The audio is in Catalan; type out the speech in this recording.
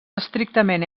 estrictament